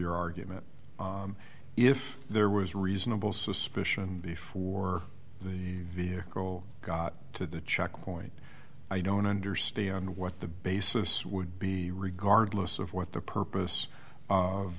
your argument if there was reasonable suspicion before the vehicle got to the checkpoint i don't understand what the basis would be regardless of what the purpose of